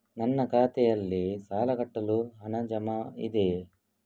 ನನ್ನ ಖಾತೆಯಲ್ಲಿ ಸಾಲ ಕಟ್ಟಲು ಹಣ ಜಮಾ ಇದೆಯೇ?